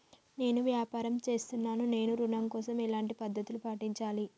నేను వ్యాపారం చేస్తున్నాను నేను ఋణం కోసం ఎలాంటి పద్దతులు పాటించాలి?